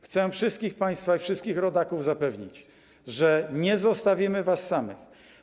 Chcę wszystkich państwa i wszystkich rodaków zapewnić, że nie zostawimy was samych.